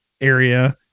area